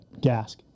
gas